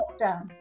lockdown